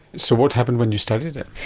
so what happened when you studied it?